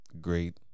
great